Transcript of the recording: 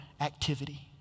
activity